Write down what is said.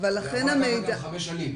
זה יכול לקחת גם חמש שנים,